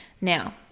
Now